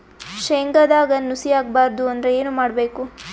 ಶೇಂಗದಾಗ ನುಸಿ ಆಗಬಾರದು ಅಂದ್ರ ಏನು ಮಾಡಬೇಕು?